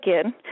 again